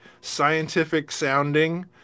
Scientific-sounding –